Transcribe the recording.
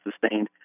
sustained